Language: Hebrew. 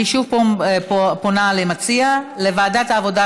אני שוב פונה למציע: ועדת העבודה,